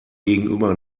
gegenüber